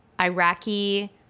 Iraqi